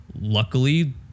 Luckily